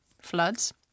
floods